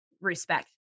Respect